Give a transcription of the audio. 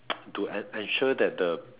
to ensure that the